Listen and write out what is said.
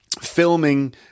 filming